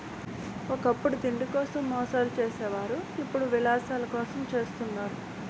ఒకప్పుడు తిండి కోసం మోసాలు సేసే వాళ్ళు ఇప్పుడు యిలాసాల కోసం జెత్తన్నారు